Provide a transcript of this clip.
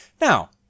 Now